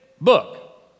book